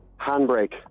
handbrake